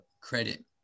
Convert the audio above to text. credit